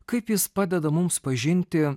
kaip jis padeda mums pažinti